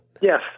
yes